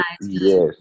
Yes